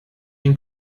den